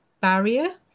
barrier